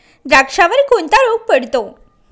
द्राक्षावर कोणता रोग पडतो?